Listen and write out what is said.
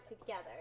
together